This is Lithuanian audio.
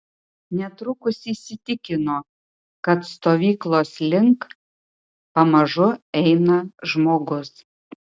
netrukus įsitikino kad stovyklos link pamažu eina žmogus